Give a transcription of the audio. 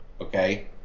Okay